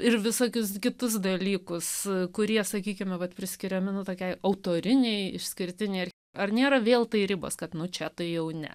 ir visokius kitus dalykus kurie sakykime vat priskiria minų tokiai autorinei išskirtinį ar nėra vėl tai ribas kad nu čia tai jauni